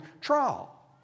trial